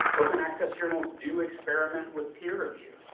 open access journals do experiment with peer review.